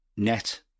net